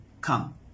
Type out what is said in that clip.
Come